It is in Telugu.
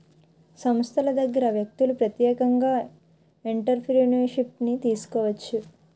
సంస్థల దగ్గర వ్యక్తులు ప్రత్యేకంగా ఎంటర్ప్రిన్యూర్షిప్ను తీసుకోవచ్చు